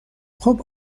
خوب